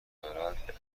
دارد، به